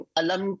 alam